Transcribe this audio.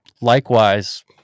likewise